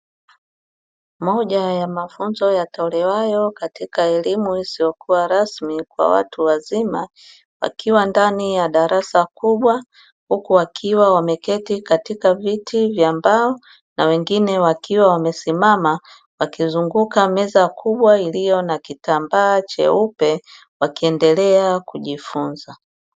Moja ya mafunzo yatolewayo, katika elimu isiyokuwa rasmi kwa watu wazima, wakiwa ndani ya darasa kubwa. Huku wakiwa wameketi katika viti vya mbao na wengine wakiwa wamesimama, wakizunguka meza kubwa iliyo na kitambaa cheupe, wakiendelea kujifunza.